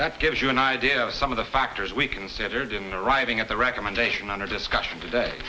that gives you an idea of some of the factors we considered in the arriving at the recommendation under discussion today